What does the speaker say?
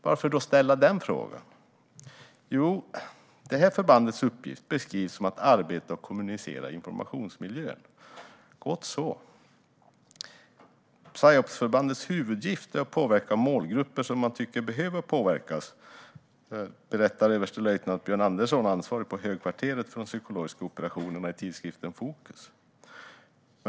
Varför vill jag då ställa den frågan? Förbandets uppgift beskrivs som att arbeta och kommunicera i informationsmiljön. Det är gott så. Psyopsförbandets huvuduppgift är att påverka målgrupper som man tycker behöver påverkas. Det berättar överstelöjtnant Björn Andersson i tidskriften Fokus, ansvarig på högkvarteret för de psykologiska operationerna.